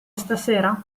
stasera